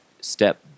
step